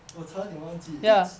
我差点忘记